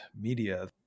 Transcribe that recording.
media